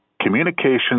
communications